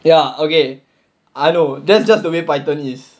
ya okay I know that's just the way python is